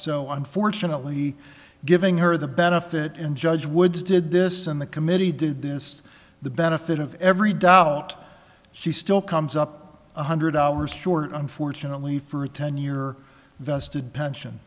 so unfortunately giving her the benefit in judge woods did this in the committee did this the benefit of every doubt she still comes up one hundred hours short unfortunately for a ten year vested pension